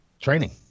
training